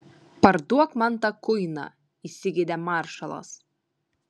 parduok man tą kuiną įsigeidė maršalas